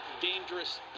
dangerous